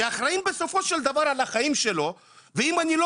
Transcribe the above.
שאחראים בסופו של דבר על החיים שלו ואם אני לא